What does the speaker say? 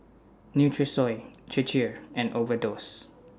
Nutrisoy Chir Chir and Overdose